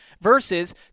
versus